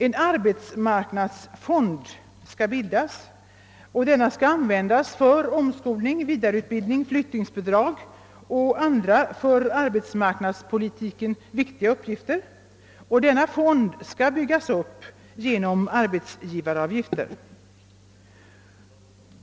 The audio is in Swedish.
En arbetsmarknadsfond skall bildas för omskolning, vidareutbildning, flyttningsbidrag och andra för arbetsmarknadspolitiken viktiga uppgifter. Denna fond skall byggas upp genom arbetsgivaravgifter.